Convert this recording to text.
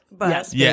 Yes